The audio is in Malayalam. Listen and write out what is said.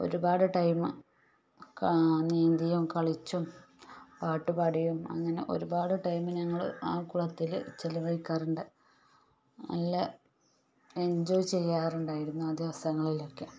ഒരുപാട് ടൈം ക നീന്തിയും കളിച്ചും പാട്ട് പാടുകയും അങ്ങനെ ഒരുപാട് ടൈം ഞങ്ങൾ ആ കുളത്തിൽ ചിലവഴിക്കാറുണ്ട് നല്ല എൻജോയ് ചെയ്യാറുണ്ടായിരുന്നു ആ ദിവസങ്ങളിലൊക്കെ